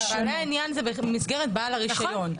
בעלי העניין זה במסגרת בעל הרישיון.